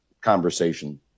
conversation